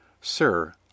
Sir